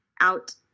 out